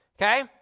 okay